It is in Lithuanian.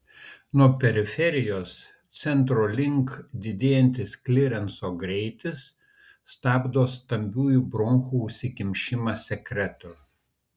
nuo periferijos centro link didėjantis klirenso greitis stabdo stambiųjų bronchų užsikišimą sekretu